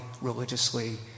religiously